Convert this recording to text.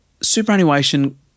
superannuation